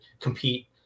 compete